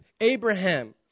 Abraham